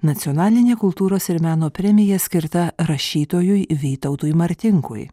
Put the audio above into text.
nacionalinė kultūros ir meno premija skirta rašytojui vytautui martinkui